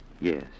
Yes